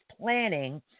planning